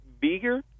bigger